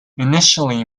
initially